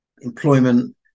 employment